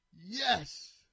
Yes